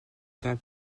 vin